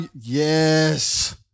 Yes